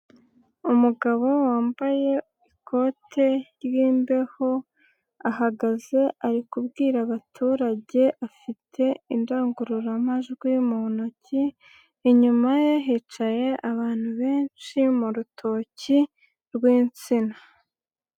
Umugabo wambaye ikote ry'imbeho ahagaze ari kubwira abaturage, afite indangururamajwi mu ntoki, inyuma ye hicaye abantu benshi mu rutoki rw'insina.